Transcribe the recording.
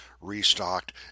restocked